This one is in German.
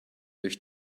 durch